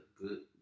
good